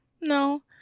No